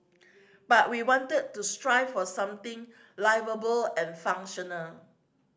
but we wanted to strive for something liveable and functional